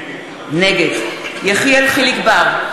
נגד יחיאל חיליק בר,